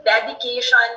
dedication